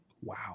Wow